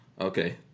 okay